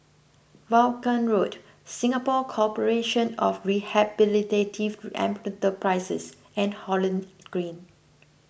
Vaughan Road Singapore Corporation of Rehabilitative Enterprises and Holland Green